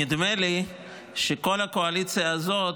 נדמה לי שכל הקואליציה הזאת,